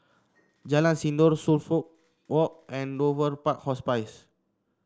Jalan Sindor Suffolk Walk and Dover Park Hospice